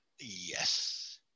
Yes